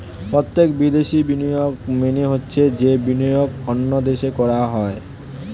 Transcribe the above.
প্রত্যক্ষ বিদেশি বিনিয়োগ মানে হচ্ছে যে বিনিয়োগ অন্য দেশে করা হয়